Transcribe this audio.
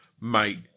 mate